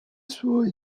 suoi